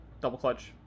double-clutch